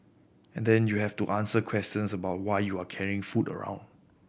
and then you have to answer questions about why you are carrying food around